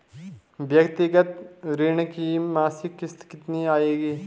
व्यक्तिगत ऋण की मासिक किश्त कितनी आएगी?